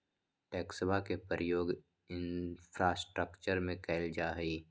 टैक्सवा के प्रयोग इंफ्रास्ट्रक्टर में कइल जाहई